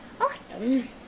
Awesome